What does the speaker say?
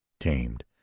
tamed.